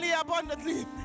abundantly